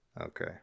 Okay